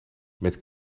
met